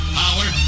power